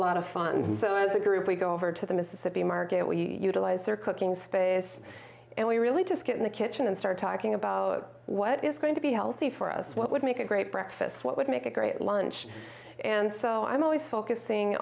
lot of fun so as a group we go over to the mississippi market we utilize their cooking space and we really just get in the kitchen and start talking about what is going to be healthy for us what would make a great breakfast what would make a great lunch and so i'm always focusing